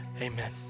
amen